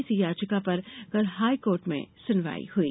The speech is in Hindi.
इसी याचिका पर कल हाईकोर्ट में सुनवाई हुई